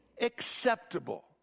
acceptable